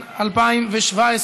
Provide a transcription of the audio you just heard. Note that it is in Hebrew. כעת להצבעה.